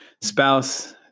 spouse